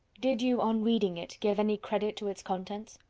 did you, on reading it, give any credit to its contents?